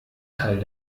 teil